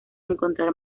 encontrar